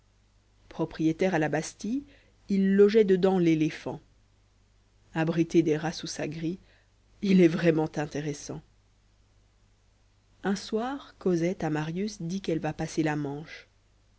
propriétaire à la bastille il logeait dedans l'éléphant abrité des rats sous sa grille ii est vraiment intéressant lu soir cosette à maiius dit qu'elle va passer la manche